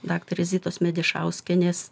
daktarės zitos medišauskienės